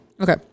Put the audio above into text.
Okay